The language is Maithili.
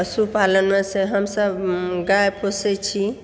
पशुपालनमे हमसब गाय पोसै छी